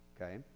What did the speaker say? Okay